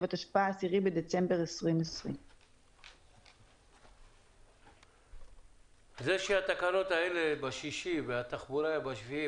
התשפ"א (10 בדצמבר 2020). זה שהתקנות האלו ב-6 והתחבורה הן ב-7,